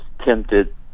tempted